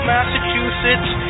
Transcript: Massachusetts